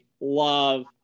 love